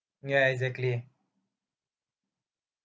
ya exactly